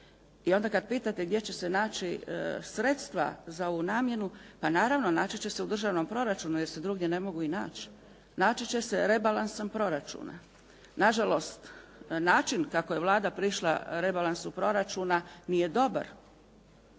I onda kad pitate gdje će se naći sredstva za ovu namjenu, pa naravno, naći će se u državnom proračunu jer se drugdje ne mogu i naći. Naći će se rebalansom proračuna. Nažalost, način kako je Vlada prišla rebalansu proračuna nije dobar